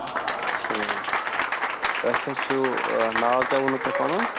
ٹھیٖک تۄہہِ کیٛاہ چھُو ناو کیٛاہ ووٚنوٕ تۄہہِ پَنُن